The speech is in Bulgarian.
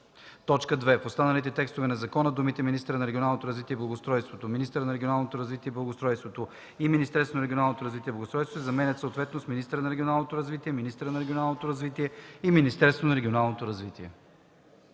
2. В останалите текстове на закона думите „министъра на регионалното развитие и благоустройството”, „министърът на регионалното развитие и благоустройството” и „Министерството на регионалното развитие и благоустройството” се заменят съответно с „министъра на регионалното развитие”, „министърът на регионалното развитие” и „Министерството на регионалното развитие”.”